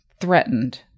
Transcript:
threatened